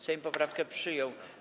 Sejm poprawkę przyjął.